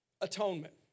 atonement